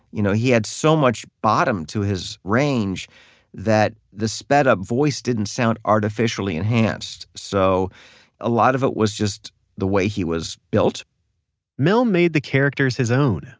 you know he had so much bottom to his range that the sped up voice didn't sound artificially enhanced. so a lot of it was just the way he was built mel made the characters his own. and